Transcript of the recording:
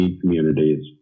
communities